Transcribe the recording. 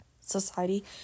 society